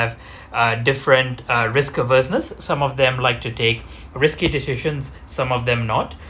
have uh different uh risk averseness some of them like to take risky decisions some of them not